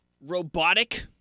robotic